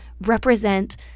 represent